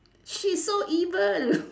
she's so evil